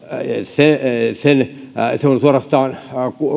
se on suorastaan